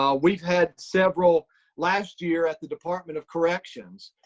um we've had several last year at the department of corrections.